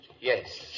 Yes